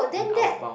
in Outward-Bound